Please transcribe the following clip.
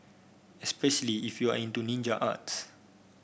especially if you are into ninja arts